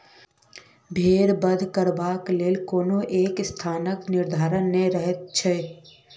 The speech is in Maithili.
भेंड़ बध करबाक लेल कोनो एक स्थानक निर्धारण नै रहैत छै